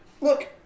look